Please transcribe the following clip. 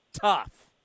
tough